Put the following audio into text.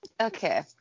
okay